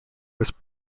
was